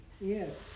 Yes